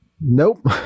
nope